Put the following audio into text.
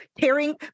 tearing